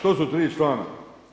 To su tri člana.